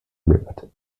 lived